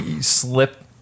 Slip